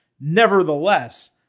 Nevertheless